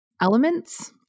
elements